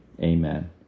Amen